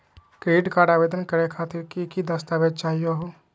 Credit card आवेदन करे खातिर की की दस्तावेज चाहीयो हो?